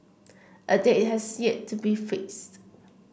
a date has yet to be fixed